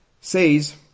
says